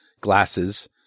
glasses